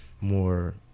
more